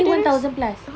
eh one thousand plus